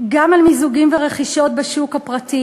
גם על מיזוגים ורכישות בשוק הפרטי,